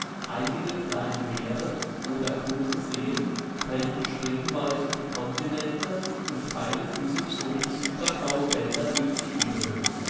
einige kleine meere oder große seen trennten streckenweise die kontinente und breite flüsse zogen silbergraue bänder durch die ebenen